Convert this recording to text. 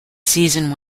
season